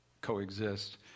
coexist